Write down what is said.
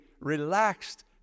relaxed